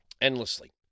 endlessly